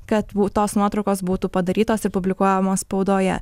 kad tos nuotraukos būtų padarytos ir publikuojamos spaudoje